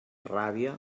ràbia